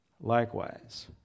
Likewise